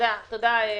תודה.